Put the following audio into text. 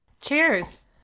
Cheers